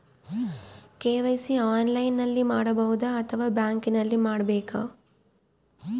KYC ಆನ್ಲೈನಲ್ಲಿ ಮಾಡಬಹುದಾ ಅಥವಾ ಬ್ಯಾಂಕಿನಲ್ಲಿ ಮಾಡ್ಬೇಕಾ?